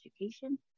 education